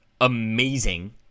amazing